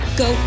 go